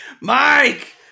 Mike